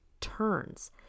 turns